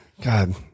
God